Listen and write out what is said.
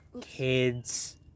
kids